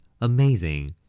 Amazing